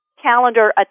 calendar